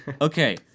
okay